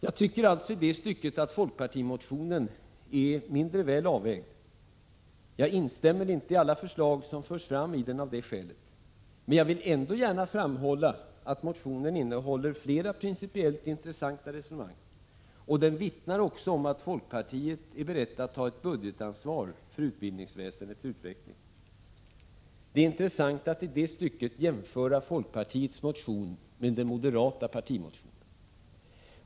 Jag tycker alltså att folkpartimotionen i det stycket är mindre väl avvägd. Av det skälet instämmer jag inte i alla förslag som förs fram i den, men jag vill ändå gärna framhålla att motionen innehåller flera principiellt intressanta resonemang och också vittnar om att folkpartiet är berett att ta ett budgetansvar för utbildningsväsendets utveckling. Det är intressant att jämföra folkpartiets motion med den moderata partimotionen.